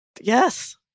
Yes